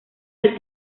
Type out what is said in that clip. del